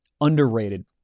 Underrated